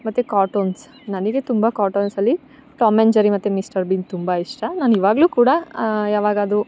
ಮತ್ತು ಕಾರ್ಟೋನ್ಸ್ ನನಗೆ ತುಂಬ ಕಾರ್ಟೋನ್ಸಲ್ಲಿ ಟಾಮ್ ಆಂಡ್ ಜೆರಿ ಮತ್ತು ಮಿಸ್ಟರ್ ಬೀನ್ ತುಂಬ ಇಷ್ಟ ನಾನು ಇವಾಗ್ಲೂ ಕೂಡ ಯಾವಾಗಾದ್ರೂ